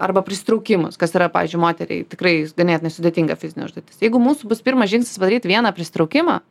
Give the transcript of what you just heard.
arba prisitraukimus kas yra pavyzdžiui moteriai tikrai ganėtinai sudėtinga fizinė užduotis jeigu mūsų bus pirmas žingsnis padaryt vieną prisitraukimą